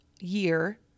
year